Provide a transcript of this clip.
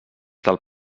del